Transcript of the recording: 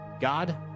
God